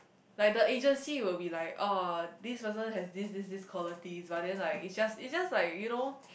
like the agency will be like oh this person have this this this quality but then like it just it just like you know